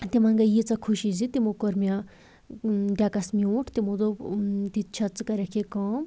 تِمَن گٔے ییٖژاہ خوشی زِ تِمو کوٚر مےٚ ڈٮ۪کَس میوٗٹھ تِمو دوٚپ تِتہِ چھا ژٕ کَریٚکھ یہِ کٲم